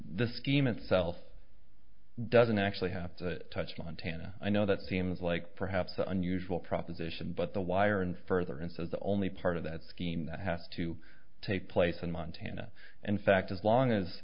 the scheme itself doesn't actually have to touch montana i know that seems like perhaps an unusual proposition but the wire and further and says the only part of that scheme that have to take place in montana and fact as long as